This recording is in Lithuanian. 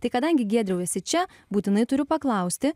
tai kadangi giedriau esi čia būtinai turiu paklausti